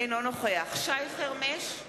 אינו נוכח שי חרמש,